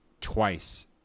twice